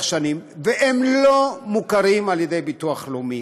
שנים והם לא מוכרים על ידי הביטוח הלאומי.